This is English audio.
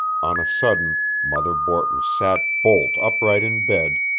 on a sudden mother borton sat bolt upright in bed,